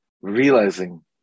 realizing